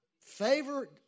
favor